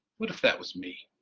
what if that was me,